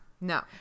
no